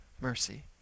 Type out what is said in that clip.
mercy